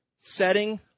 setting